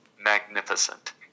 magnificent